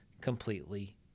completely